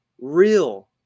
real